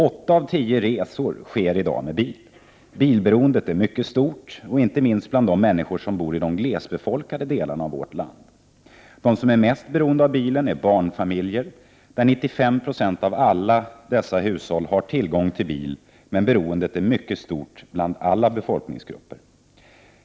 Åtta av tio resor sker i dag med bil. Bilberoendet är mycket stort, inte minst bland de människor som bor i glesbefolkade delarna av vårt land. De som är mest beroende av bilen är barnfamiljer. 95 96 av alla dessa hushåll har tillgång till bil, men beroendet är mycket stort bland alla befolkningsgrupper.